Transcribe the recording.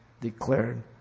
declared